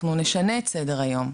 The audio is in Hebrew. אנחנו נשנה את סדר היום,